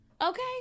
Okay